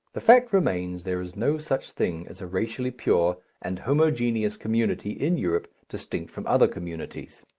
the fact remains there is no such thing as a racially pure and homogeneous community in europe distinct from other communities.